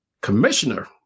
commissioner